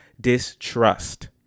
distrust